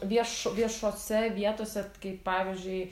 vieš viešose vietose t kaip pavyzdžiui